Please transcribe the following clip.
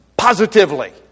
positively